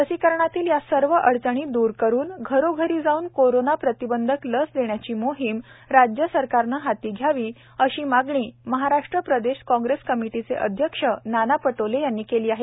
लसीकरणातील या सर्व अडचणी दूर करून घरोघरी जाऊन कोरोना प्रतिबंधक लस देण्याची मोहिम राज्य सरकारने हाती घ्यावी अशी मागणी महाराष्ट्र प्रदेश काँग्रेस कमिटीचे अध्यक्ष नाना पटोले यांनी केली आहे